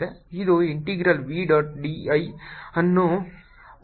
ನಾವು integral v dot dl ಅನ್ನು ಹೊಂದಿದ್ದೇವೆ